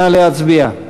נא להצביע.